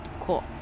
cool